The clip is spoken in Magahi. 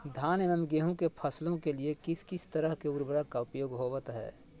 धान एवं गेहूं के फसलों के लिए किस किस तरह के उर्वरक का उपयोग होवत है?